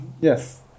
Yes